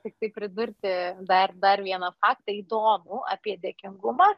tiktai pridurti dar dar vieną faktą įdomų apie dėkingumą